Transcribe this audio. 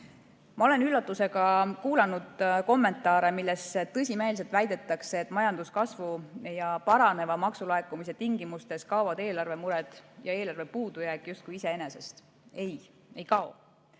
Ma olen üllatusega kuulanud kommentaare, milles tõsimeeli väidetakse, et majanduskasvu ja paraneva maksulaekumise tingimustes kaovad eelarvemured ja eelarve puudujääk justkui iseenesest. Ei, ei kao.